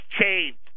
changed